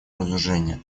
разоружения